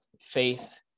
faith